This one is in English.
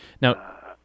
Now